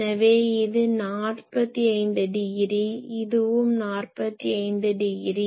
எனவே இது 45 டிகிரி இதுவும் 45 டிகிரி